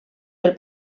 del